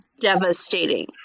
devastating